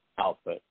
Output